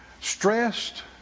stressed